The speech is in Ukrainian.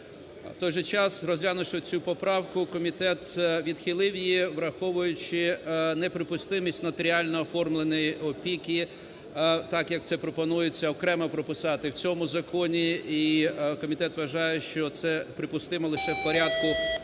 В той же час, розглянувши цю поправку, комітет відхилив її, враховуючи неприпустимість нотаріального оформлення опіки, так, як це пропонується окремо прописати в цьому законі. І комітет вважає, що це припустимо лише в порядку,